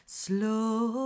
slow